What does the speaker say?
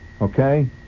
okay